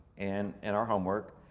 and in our homework.